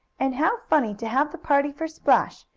and how funny to have the party for splash!